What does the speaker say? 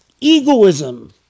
egoism